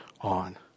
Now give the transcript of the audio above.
on